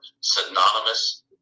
synonymous